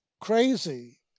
crazy